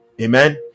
Amen